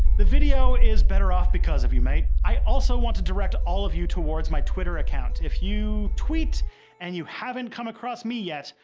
the video is better off because of you mate. i also wanna direct all of you towards my twitter account. if you tweet and you haven't come across me yet,